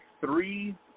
three